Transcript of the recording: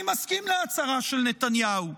אני מסכים להצהרה של נתניהו.